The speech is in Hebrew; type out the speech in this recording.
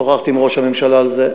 שוחחתי עם ראש הממשלה על זה,